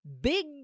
Big